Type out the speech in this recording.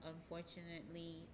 unfortunately